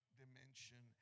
dimension